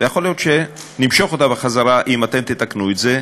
ויכול להיות שאני אמשוך אותה אם אתם תתקנו את זה,